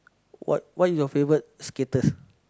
what what is your favourite skaters